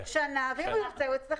שנה, ואם הוא ירצה, הוא יצטרך